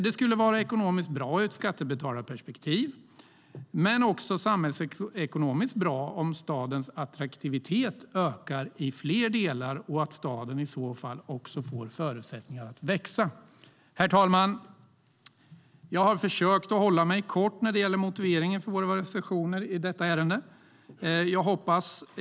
Det skulle vara ekonomiskt bra ur ett skattebetalarperspektiv men också samhällsekonomiskt bra om stadens attraktivitet ökar i fler delar och staden i så fall också får förutsättningar att växa. Herr talman! Jag har försökt att hålla mig kort när det gäller motiveringen för våra reservationer i detta ärende.